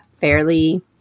fairly